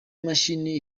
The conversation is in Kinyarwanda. mashini